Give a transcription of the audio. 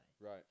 Right